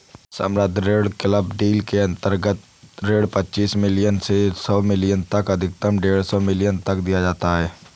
सम्बद्ध ऋण club deal के अंतर्गत ऋण पच्चीस मिलियन से सौ मिलियन तक अधिकतम डेढ़ सौ मिलियन तक दिया जाता है